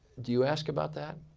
do you ask about that?